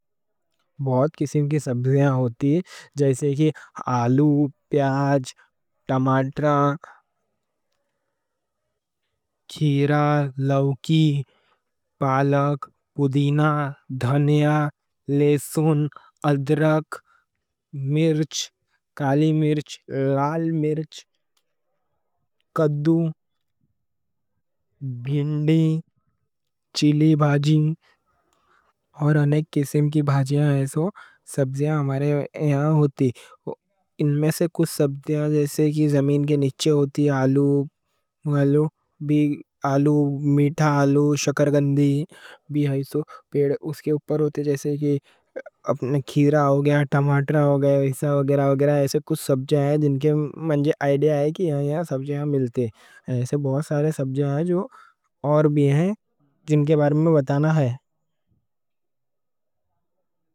بہت قسم کی سبزیاں ہوتی ہیں، جیسے کہ آلو، پیاز، ٹماٹر، کھیرا، لوکی، پالک، پودینہ، دھنیا، لِیسون، ادرک، مرچ، کالی مرچ، لال مرچ، کدو، بھنڈی، چلی باجی، اور انہی قسم کی باجیاں ہیں۔ سو سبزیاں ہمارے یہاں ہوتی ہیں۔ ان میں سے کچھ سبزیاں زمین کے نیچے ہوتی ہیں: آلو، میٹھا آلو، شکر قندی۔ پھر اس کے اوپر ہوتی ہیں، جیسے کہ اپنا کھیرا ہو گیا، ٹماٹر ہو گیا، وغیرہ وغیرہ۔ ایسے کچھ سبزیاں ہیں جن کے منجے آئیڈیا ہے کہ یہاں یہاں سبزیاں ملتی ہیں۔ ایسے بہت سارے سبزیاں ہیں جو اور بھی ہیں، جن کے بارے میں بتانا ہے۔